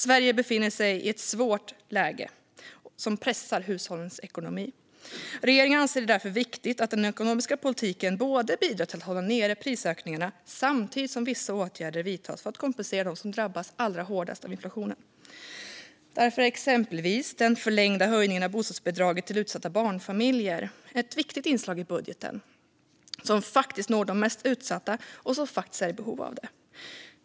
Sverige befinner sig i ett svårt läge som pressar hushållens ekonomi. Regeringen anser det därför viktigt att den ekonomiska politiken bidrar till att hålla nere prisökningarna samtidigt som vissa åtgärder vidtas för att kompensera dem som drabbas allra hårdast av inflationen. Därför är exempelvis den förlängda höjningen av bostadsbidraget till utsatta barnfamiljer ett viktigt inslag i budgeten som faktiskt når de mest utsatta och de som är i behov av det.